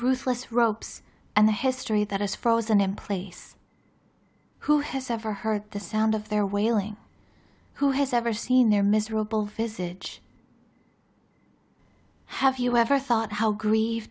ruthless ropes and the history that has frozen in place who has ever heard the sound of their wailing who has ever seen their miserable visit each have you ever thought how grie